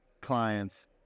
clients